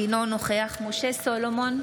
אינו נוכח משה סולומון,